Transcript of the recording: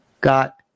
got